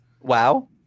wow